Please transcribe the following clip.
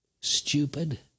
stupid